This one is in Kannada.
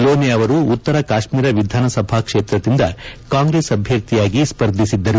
ಲೋನೆ ಅವರು ಉತ್ತರ ಕಾಶ್ಮೀರ ವಿಧಾನಸಭಾ ಕ್ಷೇತ್ರದಿಂದ ಕಾಂಗ್ರೆಸ್ ಅಭ್ವರ್ಥಿಯಾಗಿ ಸ್ವರ್ಧಿಸಿದ್ದರು